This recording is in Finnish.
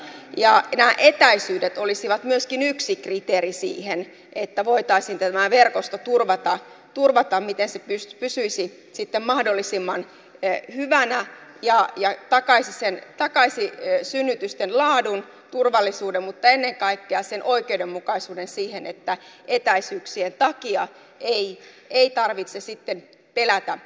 ja nämä etäisyydet olisivat myöskin yksi kriteeri siihen että voitaisiin tämä verkosto turvata miten se pysyisi sitten mahdollisimman hyvänä ja takaisi synnytysten laadun turvallisuuden mutta ennen kaikkea sen oikeudenmukaisuuden siihen että etäisyyksien takia ei tarvitse sitten pelätä synnytystä